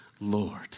Lord